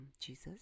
Jesus